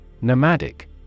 Nomadic